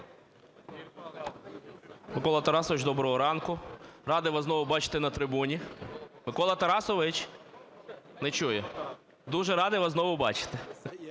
Микола Тарасович, доброго ранку, радий вас знову бачити на трибуні. Микола Тарасович не чує. Дуже радий вас бачити.